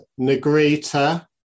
Negrita